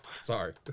Sorry